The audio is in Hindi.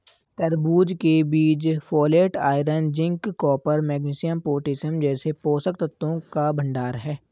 तरबूज के बीज folate, iron, zinc, copper, magnesium, potassium जैसे पोषक तत्वों का भंडार है